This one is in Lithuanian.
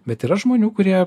bet yra žmonių kurie